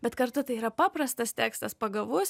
bet kartu tai yra paprastas tekstas pagavus